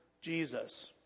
Jesus